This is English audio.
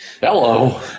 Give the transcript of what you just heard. Hello